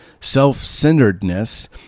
self-centeredness